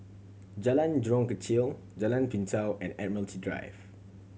Jalan Jurong Kechil Jalan Pintau and Admiralty Drive